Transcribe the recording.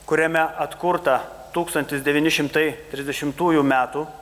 kuriame atkurta tūkstantis devyni šimtai trisdešimtųjų metų